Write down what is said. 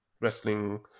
wrestling